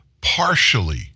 partially